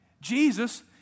Jesus